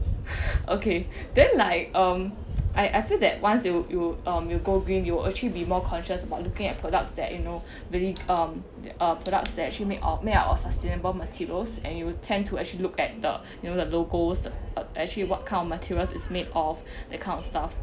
okay then like um I I feel that once you you um go green you will actually be more conscious about looking at products that you know really um products that actually made of made out of sustainable materials and you will tend to actually look at the you know the logos the actually what kind of materials is made of that kind of stuff